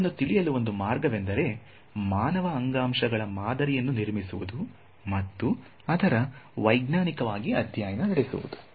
ಅದನ್ನು ತಿಳಿಯಲು ಒಂದು ಮಾರ್ಗವೆಂದರೆ ಮಾನವ ಅಂಗಾಂಶಗಳ ಮಾದರಿಯನ್ನು ನಿರ್ಮಿಸುವುದು ಮತ್ತು ಅದರ ವೈಜ್ಞಾನಿಕವಾಗಿ ಅಧ್ಯಯನ ನೆಡೆಸುವುದು